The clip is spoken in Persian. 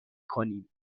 کنیم